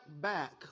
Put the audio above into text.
back